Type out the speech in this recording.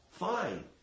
fine